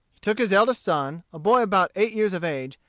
he took his eldest son, a boy about eight years of age,